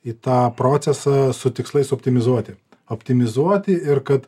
į tą procesą su tikslais optimizuoti optimizuoti ir kad